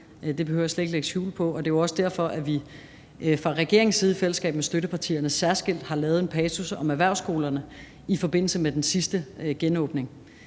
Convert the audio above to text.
det behøver jeg slet ikke lægge skjul på. Og det er jo også derfor, at vi fra regeringens side i fællesskab med støttepartierne særskilt har lavet en passus om erhvervsskolerne i forbindelse med den sidste genåbning.